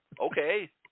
Okay